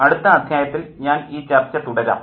അടുത്ത അദ്ധ്യായത്തിൽ ഞാൻ ഈ ചർച്ച തുടരാം